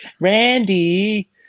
Randy